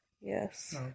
Yes